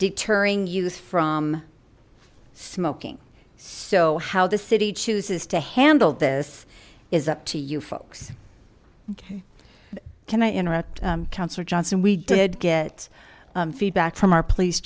deterring youth from smoking so how the city chooses to handle this is up to you folks okay can i interrupt councillor johnson we did get feedback from our police